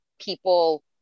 people